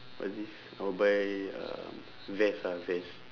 what's this I will buy um vest ah vest